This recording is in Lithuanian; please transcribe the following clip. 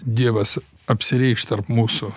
dievas apsireikš tarp mūsų